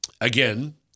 Again